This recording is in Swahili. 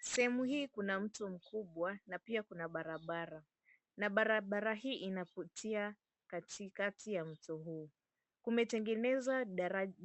Sehemu hii kuna mto mkubwa pia kuna barabara. Na barabara hii inakutia katika kati ya mto huo. Kumetengenezwa